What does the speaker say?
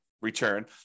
return